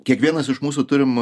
kiekvienas iš mūsų turim